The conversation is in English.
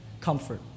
comfort